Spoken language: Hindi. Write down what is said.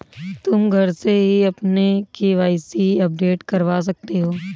तुम घर से ही अपना के.वाई.सी अपडेट करवा सकते हो